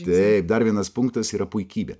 taip dar vienas punktas yra puikybė